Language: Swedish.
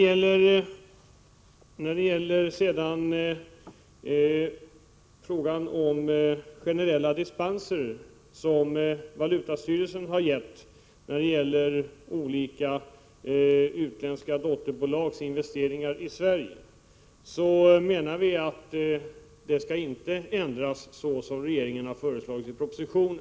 När det gäller generella dispenser, som valutastyrelsen har gett till olika utländska dotterbolags investeringar i Sverige, anser vi att dessa inte skall ändras så som regeringen har föreslagit i propositionen.